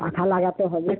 পাখা লাগাতে হবে